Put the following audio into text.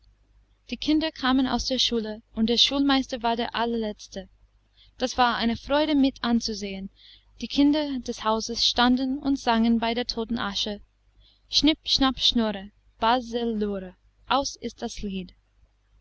die kinder kamen aus der schule und der schulmeister war der allerletzte das war eine freude mit anzusehen die kinder des hauses standen und sangen bei der toten asche schnipp schnapp schnurre baselurre aus ist das lied